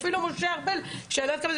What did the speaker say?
אפילו משה ארבל וינון